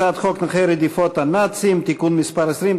הצעת חוק נכי רדיפות הנאצים (תיקון מס' 20),